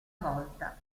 volta